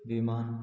विमान